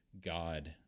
God